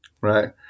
Right